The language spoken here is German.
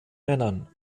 männern